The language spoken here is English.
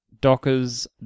Dockers